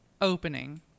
opening